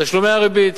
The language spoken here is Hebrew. תשלומי הריבית.